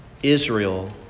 Israel